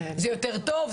זה יותר טוב,